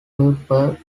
kuiper